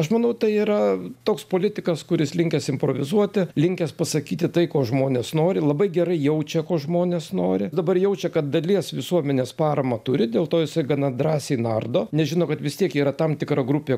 aš manau tai yra toks politikas kuris linkęs improvizuoti linkęs pasakyti tai ko žmonės nori labai gerai jaučia ko žmonės nori dabar jaučia kad dalies visuomenės paramą turi dėl to jisai gana drąsiai nardo nes žino kad vis tiek yra tam tikra grupė